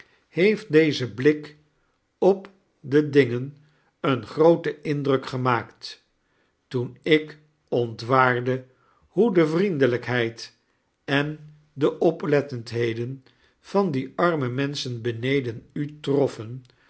heeft deze blik op de dingen een grooten indruk gemaakt toen ik ontwaarde hoe de vriendelijkheid en de opletteindheden van die arme menschen beneden u troffen